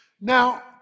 Now